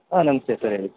ಹಾಂ ನಮಸ್ತೆ ಸರ್ ಹೇಳಿ